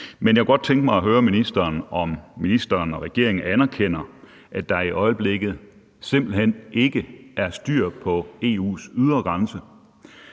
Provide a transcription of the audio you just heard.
Men jeg kunne godt tænke mig at høre, om ministeren og regeringen anerkender, at der i øjeblikket simpelt hen ikke er styr på EU's ydre grænse.